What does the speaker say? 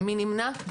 מי נמנע?